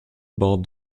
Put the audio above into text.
barred